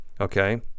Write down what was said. Okay